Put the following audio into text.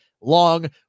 long